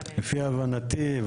לפי הבנתי,